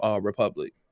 Republic